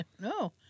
No